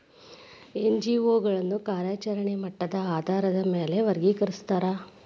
NGO ಗಳನ್ನ ಕಾರ್ಯಚರೆಣೆಯ ಮಟ್ಟದ ಆಧಾರಾದ್ ಮ್ಯಾಲೆ ವರ್ಗಿಕರಸ್ತಾರ